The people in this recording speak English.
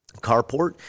carport